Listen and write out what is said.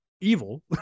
evil